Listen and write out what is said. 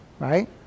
Right